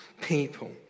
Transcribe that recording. people